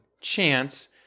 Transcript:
chance